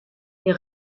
est